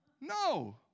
No